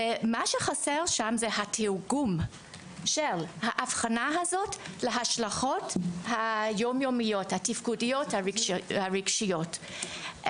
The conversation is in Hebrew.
חסר שם תרגום של האבחנה הזו להשלכות היום יומיות התפקודיות והרגשיות.